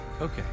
Okay